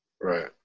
Right